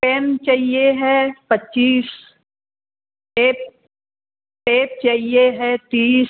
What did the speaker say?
pen चाहिए है पच्चीस टेप टेप चाहिए है तीस